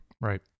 Right